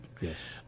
Yes